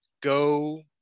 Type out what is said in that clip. go